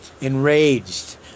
enraged